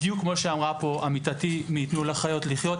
בדיוק כמו שאמרה פה עמיתתי מ"תנו לחיות לחיות".